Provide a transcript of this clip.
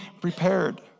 prepared